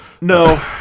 No